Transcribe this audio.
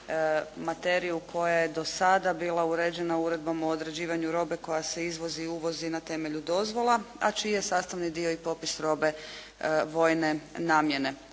materiju koja je do sada bila uređena Uredbom o određivanju robe koja se izvozi i uvozi na temelju dozvola, a čiji je sastavni dio i popis robe vojne namjene.